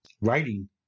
Writing